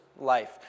life